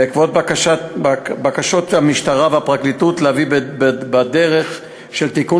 בעקבות בקשות המשטרה והפרקליטות להביא בדרך של תיקון